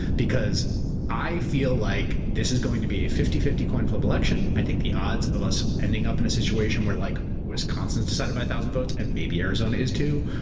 because i feel like this is going to be a fifty fifty coin flip election. i think the odds of us ending up in a situation where like wisconsin's decided by a thousand votes and maybe arizona is too,